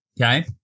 Okay